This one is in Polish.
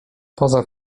poza